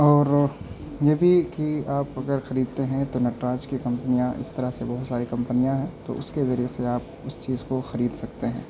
اور یہ بھی کہ آپ اگر خریدتے ہیں تو نٹراج کی کمپنیاں اس طرح سے بہت سارے کمپنیاں ہیں تو اس کے ذریعے سے آپ اس چیز کو خرید سکتے ہیں